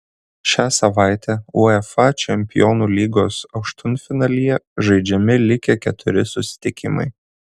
šią savaitę uefa čempionų lygos aštuntfinalyje žaidžiami likę keturi susitikimai